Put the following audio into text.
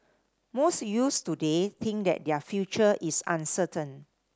most youths today think that their future is uncertain